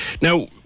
Now